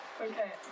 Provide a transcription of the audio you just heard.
Okay